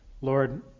lord